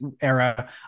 era